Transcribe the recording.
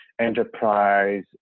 enterprise